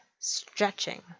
Stretching